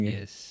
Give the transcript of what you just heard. yes